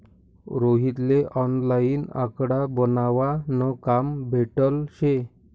रोहित ले ऑनलाईन आकडा बनावा न काम भेटेल शे